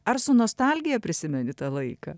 ar su nostalgija prisimeni tą laiką